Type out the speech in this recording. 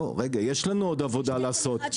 רגע, יש לנו עוד עבודה לעשות.